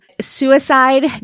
Suicide